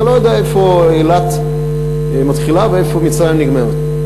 אתה לא יודע איפה אילת מתחילה ואיפה מצרים נגמרת.